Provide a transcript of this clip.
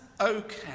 okay